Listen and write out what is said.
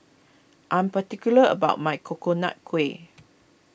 I am particular about my Coconut Kuih